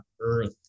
Earth